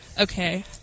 Okay